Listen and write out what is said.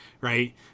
right